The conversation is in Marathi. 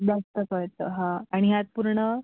जास्त कळतं हां आणि यात पूर्ण